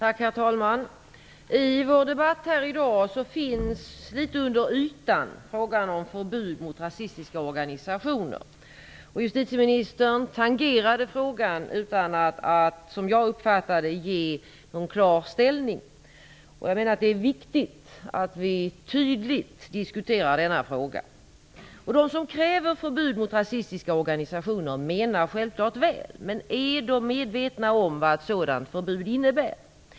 Herr talman! I vår debatt här i dag finns litet under ytan frågan om förbud mot rasistiska organisationer. Justitieministern tangerade frågan utan att, som jag uppfattade det, ta någon klar ställning. Jag menar att det är viktigt att vi tydligt diskuterar denna fråga. De som kräver förbud mot rasistiska organisationer menar självfallet väl. Men är de medvetna om vad ett sådant förbud innebär?